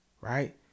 Right